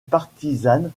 partisane